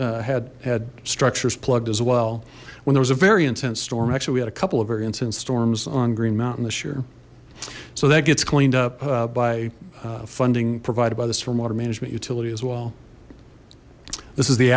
gulch had had structures plugged as well when there was a very intense storm actually we had a couple of very intense storms on green mountain this year so that gets cleaned up by funding provided by the storm water management utility as well this is the